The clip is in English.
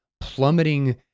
plummeting